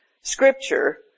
scripture